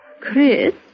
Chris